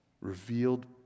Revealed